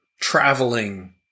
traveling